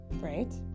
right